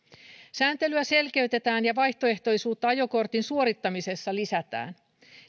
sääntelyä selkeytetään ja vaihtoehtoisuutta ajokortin suorittamisessa lisätään